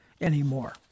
anymore